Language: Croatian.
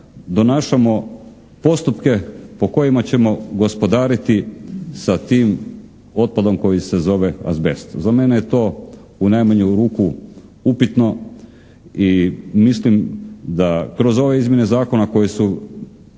donašamo postupke po kojima ćemo gospodariti sa tim otpadom koji se zove azbest. Za mene je to u najmanju ruku upitno i mislim da kroz ove izmjene zakona koje su